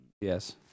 yes